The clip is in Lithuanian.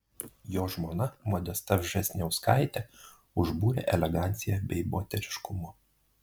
jo žmona modesta vžesniauskaitė užbūrė elegancija bei moteriškumu